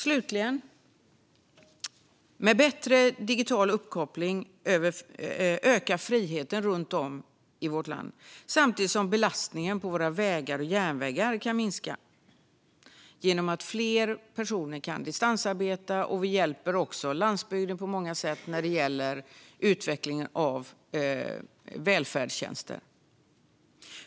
Slutligen: Med bättre digital uppkoppling ökar friheten runt om i vårt land samtidigt som belastningen på våra vägar och järnvägar kan minska genom att fler personer kan distansarbeta. Vi hjälper också landsbygden på många sätt när det gäller utvecklingen av välfärdstjänster.